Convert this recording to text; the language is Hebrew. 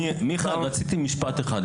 מיכאל, רציתי להוסיף משפט אחד.